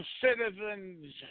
citizens